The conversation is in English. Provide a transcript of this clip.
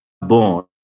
born